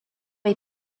est